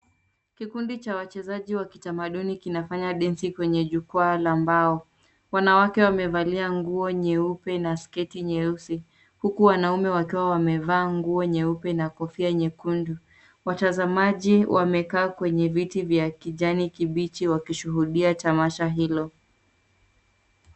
Kikundi cha wachezaji wa kitamaduni kinafanya densi kwenye jukwaa la mbao. Wanawake wamevalia nguo nyeupe na sketi nyeusi, huku wanaume wakiwa wamevaa nguo nyeupe na kofia nyekundu. Watazamaji wamekaa kwenye viti vya kijani kibichi wakishuhudia tamasha hilo.